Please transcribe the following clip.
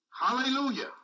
Hallelujah